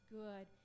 good